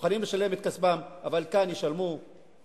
מוכנים לשלם את כספם, אבל כאן אנשים ישלמו בחייהם.